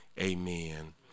Amen